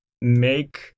make